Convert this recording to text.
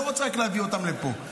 אני לא רוצה רק להביא אותם לפה,